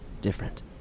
different